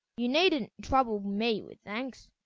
you needn't trouble me with thanks,